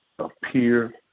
appear